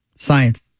Science